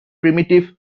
primitive